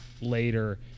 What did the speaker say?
later